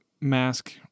mask